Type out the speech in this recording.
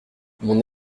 mon